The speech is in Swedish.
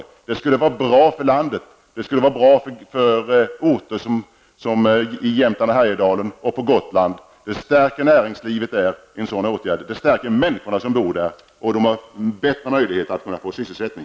Det vore bra för landet och för orter i Jämtland och Härjedalen och på Gotland. Det skulle stärka näringslivet och människorna som bor där, eftersom de då har bättre möjlighet att få sysselsättning.